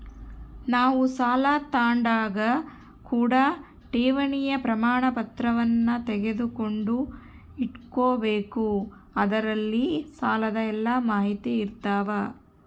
ನಾವು ಸಾಲ ತಾಂಡಾಗ ಕೂಡ ಠೇವಣಿಯ ಪ್ರಮಾಣಪತ್ರವನ್ನ ತೆಗೆದುಕೊಂಡು ಇಟ್ಟುಕೊಬೆಕು ಅದರಲ್ಲಿ ಸಾಲದ ಎಲ್ಲ ಮಾಹಿತಿಯಿರ್ತವ